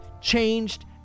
changed